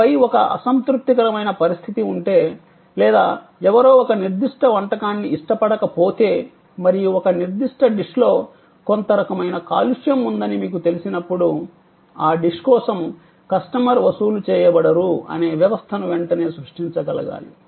ఆపై ఒక అసంతృప్తికరమైన పరిస్థితి ఉంటే లేదా ఎవరో ఒక నిర్దిష్ట వంటకాన్ని ఇష్టపడకపోతే మరియు ఒక నిర్దిష్ట డిష్లో కొంత రకమైన కాలుష్యం ఉందని మీకు తెలిసినప్పుడు ఆ డిష్ కోసం కస్టమర్ వసూలు చేయబడరు అనే వ్యవస్థను వెంటనే సృష్టించగలగాలి